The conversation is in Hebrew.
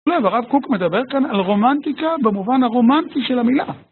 כן, הרב קוק מדבר כאן על רומנטיקה במובן הרומנטי של המילה.